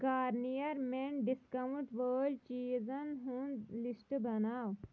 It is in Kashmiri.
گارنیر مٮ۪ن ڈسکاونٛٹ وٲلۍ چیٖزن ہُنٛد لسٹ بناو